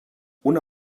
una